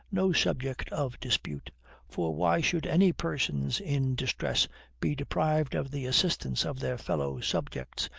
no subject of dispute for why should any persons in distress be deprived of the assistance of their fellow-subjects,